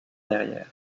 derrière